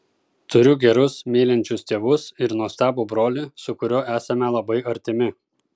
turiu gerus mylinčius tėvus ir nuostabų brolį su kuriuo esame labai artimi